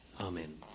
Amen